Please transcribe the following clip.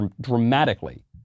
dramatically